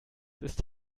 ist